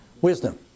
Wisdom